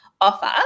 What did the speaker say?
offer